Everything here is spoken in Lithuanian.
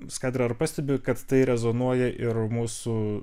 viską dabar pastebiu kad tai rezonuoja ir mūsų